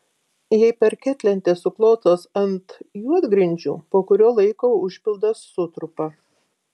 jei parketlentės suklotos ant juodgrindžių po kurio laiko užpildas sutrupa